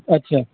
अच्छा